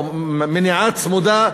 או מניעה צמודה,